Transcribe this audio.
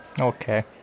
Okay